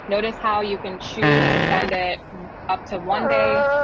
notice how you can choose to send it up to one day,